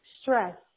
stress